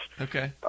Okay